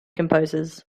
composers